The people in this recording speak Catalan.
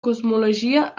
cosmologia